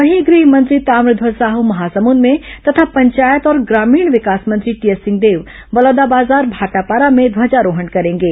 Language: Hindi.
वहीं गृह मंत्री ताम्रध्वज साहू महासमुंद में तथा पंचायत और ग्रामीण विकास मंत्री टीएस सिंहदेव बलौदाबाजार भाटापारा में ध्वजारोहण करेंगे